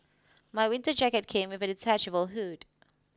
my winter jacket came with a detachable hood